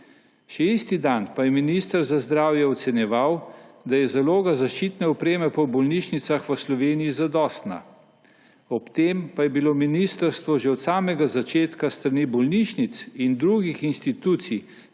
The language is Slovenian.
Še isti dan pa je minister za zdravje ocenjeval, da je zaloga zaščitne opreme po bolnišnicah v Sloveniji zadostna, ob tem pa je bilo ministrstvo že od samega začetka s strani bolnišnic in drugih inštitucij